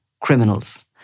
criminals